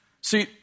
See